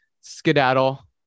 skedaddle